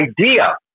idea